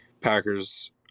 Packers